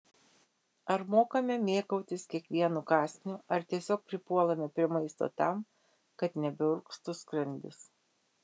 ar mokame mėgautis kiekvienu kąsniu ar tiesiog pripuolame prie maisto tam kad nebeurgztų skrandis